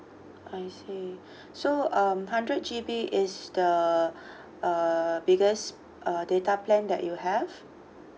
I see so um hundred G_B is the uh biggest uh data plan that you have